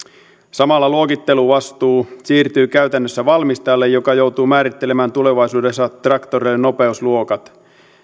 samalla luokitteluvastuu siirtyy käytännössä valmistajalle joka joutuu määrittelemään tulevaisuudessa traktoreiden nopeusluokat